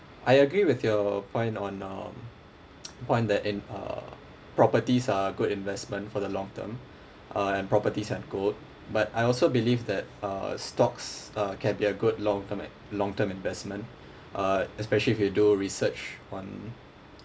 I agree with your point on um point that in uh properties are good investment for the long term uh and properties have grow but I also believe that uh stocks uh can be a good long term in~ long term investment uh especially if you do research on